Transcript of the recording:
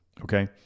okay